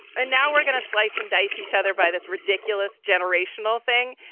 and now we're going to slice and dice each other by this ridiculous generational thing.